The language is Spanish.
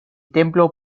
templo